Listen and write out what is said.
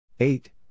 Eight